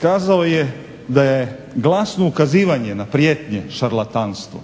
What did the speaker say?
Kazao je da je glasno ukazivanje na prijetnje šarlatanstvo.